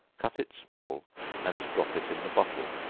cut it small and drop it in the bottle,